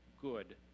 good